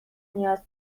نیاز